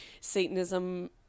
Satanism